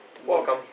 Welcome